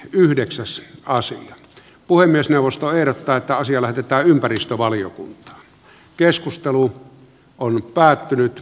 yhdeksässä asu puhemiesneuvosto ehdottaa että asia lähetetään ympäristövaliokunta esitys on päättynyt